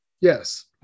Yes